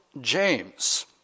James